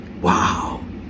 Wow